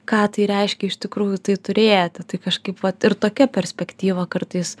ką tai reiškia iš tikrųjų tai turėti tai kažkaip vat ir tokia perspektyva kartais